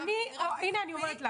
הנה אני אומרת לך,